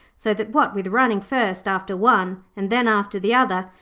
so that, what with running first after one and then after the other,